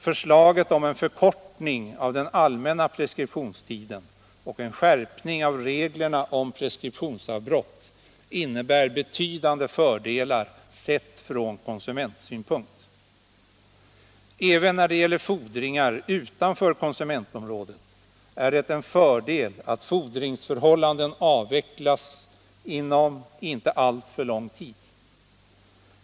Förslaget om en förkortning av den allmänna preskriptionstiden och en skärpning av reglerna för preskriptionsavbrott innebär betydande fördelar sett från konsumentsynpunkt. Även när det gäller fordringar utanför konsumentområdet är det en fördel att fordringsförhållandena avvecklas inom inte alltför lång tid.